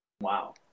Wow